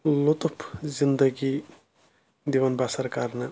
لُطُف زِنٛدَگی دِوان بَسر کَرنہٕ